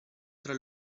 tra